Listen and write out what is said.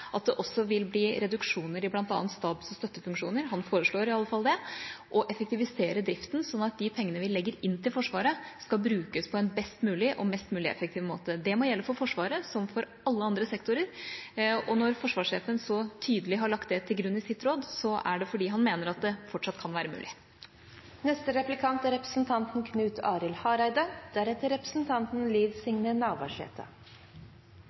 at det også vil bli reduksjoner i bl.a. stabs- og støttefunksjoner – han foreslår i alle fall det – og man vil effektivisere driften sånn at de pengene vi legger inn til Forsvaret, skal brukes på en best mulig og mest mulig effektiv måte. Det må gjelde for Forsvaret som for alle andre sektorer. Og når forsvarssjefen så tydelig har lagt det til grunn i sitt råd, er det fordi han mener at det fortsatt kan være mulig.